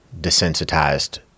desensitized